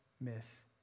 miss